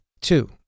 Two